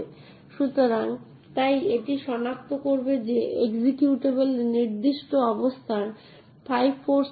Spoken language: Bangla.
একটি সাধারণ কমান্ড এরকম কিছু দেখায় তাই আপনার কাছে একটি কমান্ড আলফা আছে এবং যদি কিছু নির্দিষ্ট অধিকার উপলব্ধ না হয় তবেই নির্দিষ্ট ক্রিয়াকলাপগুলি সম্পাদন করা যেতে পারে